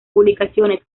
publicaciones